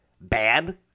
bad